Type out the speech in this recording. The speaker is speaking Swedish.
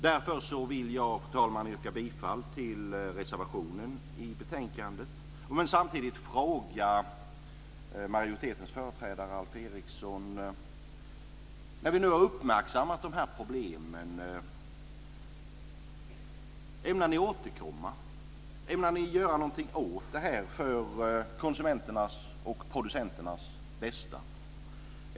Därför vill jag yrka bifall till reservationen. Samtidigt vill jag ställa en fråga till majoritetens företrädare Alf Eriksson. Vi har nu uppmärksammat problemen. Ämnar ni återkomma och göra något åt detta för konsumenternas och producenternas bästa?